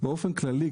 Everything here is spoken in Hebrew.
באופן כללי,